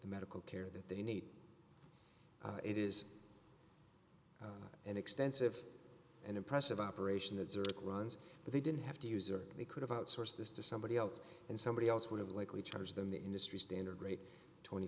medical care that they need it is an extensive and impressive operation that zurich runs they didn't have to use or they could have outsourced this to somebody else and somebody else would have likely charge them the industry standard rate twenty